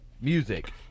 Music